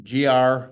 gr